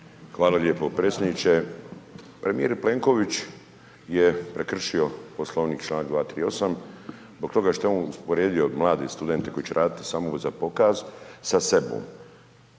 Hvala lijepo. Predsjedniče, premijer Plenković je prekršio Poslovnik članak 238. zbog toga što je on usporedio mlade studente koji će raditi samo za pokaz sa sobom.